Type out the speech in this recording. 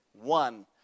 One